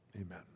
Amen